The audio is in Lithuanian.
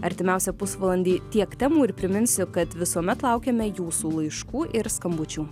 artimiausią pusvalandį tiek temų ir priminsiu kad visuomet laukiame jūsų laiškų ir skambučių